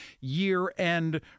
year-end